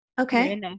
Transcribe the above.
okay